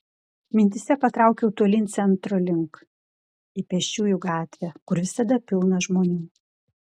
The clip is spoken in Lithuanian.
mintyse patraukiau tolyn centro link į pėsčiųjų gatvę kur visada pilna žmonių